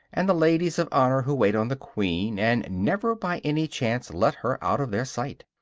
and the ladies of honor who wait on the queen and never by any chance let her out of their sight.